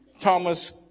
Thomas